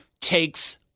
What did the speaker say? takes